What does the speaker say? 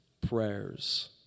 prayers